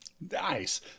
Nice